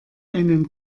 einen